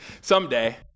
someday